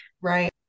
Right